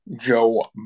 Joe